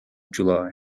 july